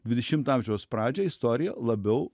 dvidešimto amžiaus pradžią istorija labiau